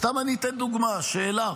סתם אתן דוגמה, שאלה: